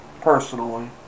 personally